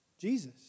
Jesus